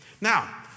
Now